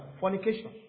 Fornication